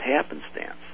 happenstance